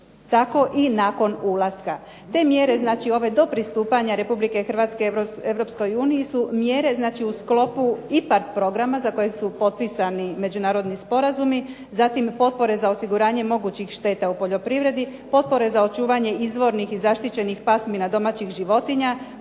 tako i nakon ulaska. Te mjere, znači ove do pristupanja Republike Hrvatske Europskoj uniji su mjere, znači u sklopu IPARD programa za kojeg su potpisani međunarodni sporazumi, zatim potpore za osiguranje mogućih šteta u poljoprivredi, potpore za očuvanje izvornih i zaštićenih pasmina domaćih životinja,